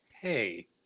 Hey